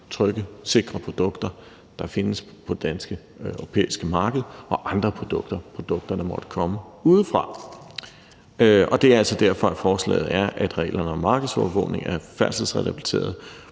trygge, sikre produkter, der findes på det danske og det europæiske marked, og andre produkter, der måtte komme udefra. Det er altså derfor, at forslaget er, at reglerne om markedsovervågning af færdselsrelaterede